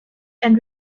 and